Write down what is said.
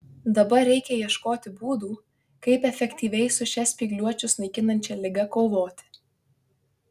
dabar reikia ieškoti būdų kaip efektyviai su šia spygliuočius naikinančia liga kovoti